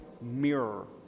mirror